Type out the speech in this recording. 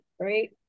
right